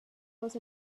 was